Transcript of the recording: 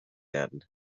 werden